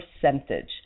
percentage